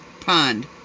pond